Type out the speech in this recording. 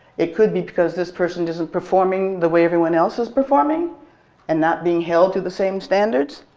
it could be because this person isn't performing the way everyone else is performing and not being held to the same standards.